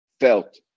felt